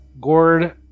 Gord